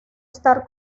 estar